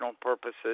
purposes